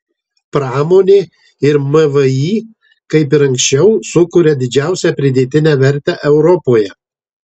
pramonė ir mvį kaip ir anksčiau sukuria didžiausią pridėtinę vertę europoje